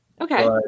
okay